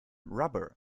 rubber